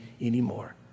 anymore